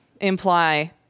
imply